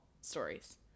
stories